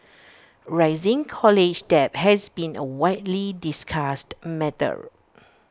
rising college debt has been A widely discussed matter